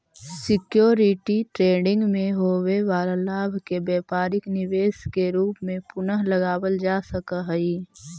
security trading में होवे वाला लाभ के व्यापारिक निवेश के रूप में पुनः लगावल जा सकऽ हई